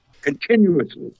continuously